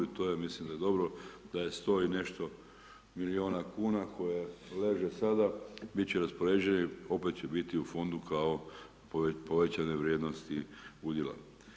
I to je ja mislim da je dobro da je 100 i nešto milijuna kuna koje leže sada biti će raspoređeni, opet će biti u fondu kao povećane vrijednosti udjela.